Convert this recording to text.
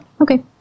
Okay